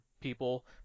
people